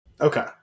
Okay